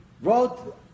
wrote